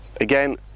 again